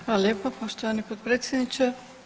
Hvala lijepo poštovani potpredsjedniče.